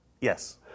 Yes